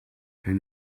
can